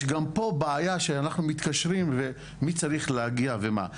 יש גם פה בעיה שאנחנו מתקשרים ומי צריך להגיע ומה.